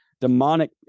demonic